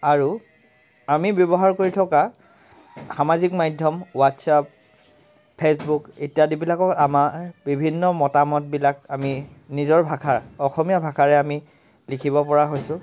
আৰু আমি ব্যৱহাৰ কৰি থকা সামাজিক মাধ্যম হোৱাটছএপ ফে'চবুক ইত্যাদিবিলাকো আমাৰ বিভিন্ন মতামতবিলাক আমি নিজৰ ভাষা অসমীয়া ভাষাৰে আমি লিখিব পৰা হৈছোঁ